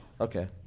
Okay